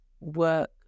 work